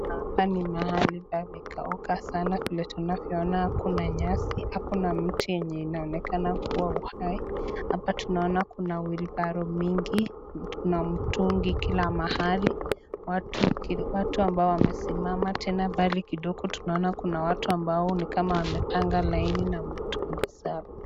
Hapa ni mahali pamekauka sana vile tunavyoona hakuna nyasi. Hakuna mti yenye inaonekana kuwa uhai . Hapa tunaona kuna "wheelbarrow " mingi kuna mtungi kila mahali. Watu ambao wamesimama tena mbali kidogo kuna watu ambao ni kama wamepanga laini na mtungi zao.